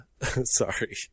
sorry